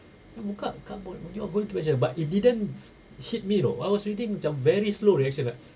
bukak cardboard apa itu aja but it didn't s~ hit me you know I was was waiting macam very slow reaction was like